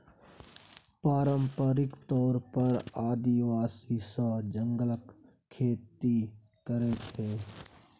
पारंपरिक तौर पर आदिवासी सब जंगलक खेती करय छै